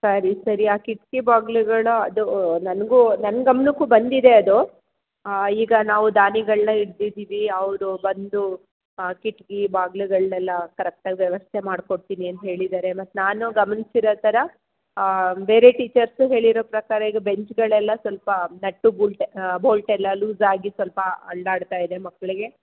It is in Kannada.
ಸರಿ ಸರಿ ಆ ಕಿಟಕಿ ಬಾಗ್ಲುಗಳ ಅದು ನನಗೂ ನನ್ನ ಗಮನಕ್ಕೂ ಬಂದಿದೆ ಅದು ಈಗ ನಾವು ದಾನಿಗಳನ್ನ ಹಿಡ್ದಿದೀವಿ ಅವರು ಬಂದು ಕಿಟಕಿ ಬಾಗ್ಲುಗಳನ್ನೆಲ್ಲ ಕರೆಕ್ಟಾಗಿ ವ್ಯವಸ್ಥೆ ಮಾಡಿ ಕೊಡ್ತೀನಿ ಅಂತ ಹೇಳಿದ್ದಾರೆ ಮತ್ತೆ ನಾನು ಗಮನಿಸಿರೋ ಥರ ಬೇರೆ ಟೀಚರ್ಸ್ ಹೇಳಿರೊ ಪ್ರಕಾರ ಈಗ ಬೆಂಚುಗಳೆಲ್ಲ ಸ್ವಲ್ಪ ನಟ್ಟು ಬುಲ್ಟೆ ಬೋಲ್ಟೆಲ್ಲ ಲೂಸಾಗಿ ಸ್ವಲ್ಪ ಅಲ್ಲಾಡ್ತಾ ಇದೆ ಮಕ್ಕಳಿಗೆ